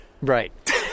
Right